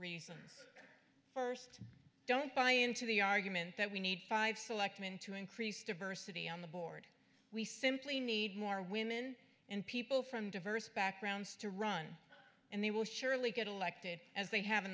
reasons first don't buy into the argument that we need five selectman to increase diversity on the board we simply need more women and people from diverse backgrounds to run and they will surely get elected as they have in